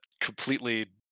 completely